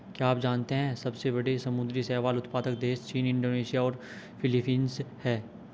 क्या आप जानते है सबसे बड़े समुद्री शैवाल उत्पादक देश चीन, इंडोनेशिया और फिलीपींस हैं?